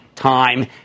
time